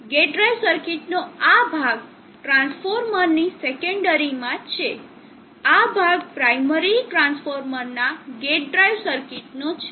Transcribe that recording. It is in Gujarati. ગેટ ડ્રાઇવ સર્કિટનો આ ભાગ ટ્રાન્સફોર્મરની સેકન્ડરી માં છે આ ભાગ પ્રાઈમરી ટ્રાન્સફોર્મર ના ગેટ ડ્રાઇવ સર્કિટનો છે